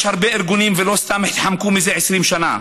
יש הרבה ארגונים, ולא סתם התחמקו מזה 20 שנה.